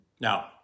Now